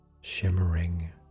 shimmering